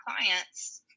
clients